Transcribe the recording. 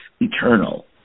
eternal